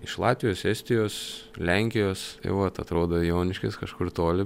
iš latvijos estijos lenkijos tai vat atrodo joniškis kažkur toli